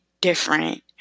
different